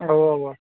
اَوا اَوا